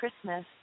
Christmas